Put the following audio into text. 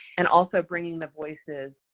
and also bringing the voices